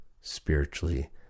spiritually